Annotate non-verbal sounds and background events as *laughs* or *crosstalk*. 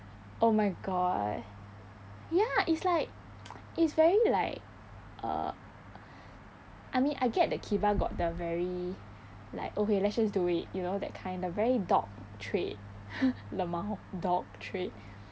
oh my god ya it's like it's very like uh I mean I get that kiba got the very like okay let's just do it you know that kind the very dog trait *laughs* lmao dog trait